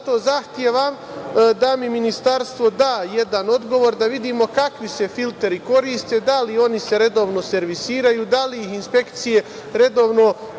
zahtevam da mi ministarstvo da jedan odgovor, da vidimo kakvi se filteri koriste, da li se oni redovno servisiraju, da li inspekcije redovno